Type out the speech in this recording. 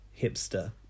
hipster